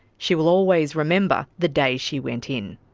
she will always remember the day she went in.